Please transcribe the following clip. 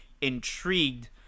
intrigued